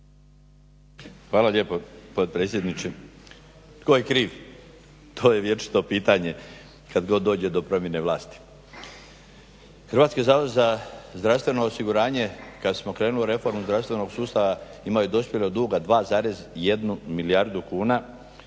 Hvala lijepo potpredsjedniče. Tko je kriv? To je vječito pitanje kad god dođe do promjene vlasti. Hrvatski zavod za zdravstveno osiguranje kad smo krenuli u reformu zdravstvenog sustava imaju dospjelog duga 2,1 milijardu kuna.